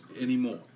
anymore